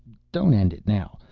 don't end it now.